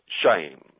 shame